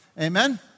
amen